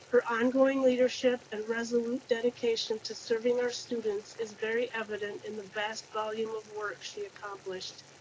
her ongoing leadership and resolute dedication to serving our students is very evident in the vast volume of works he accomplished.